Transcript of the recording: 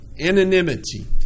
Anonymity